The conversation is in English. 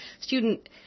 student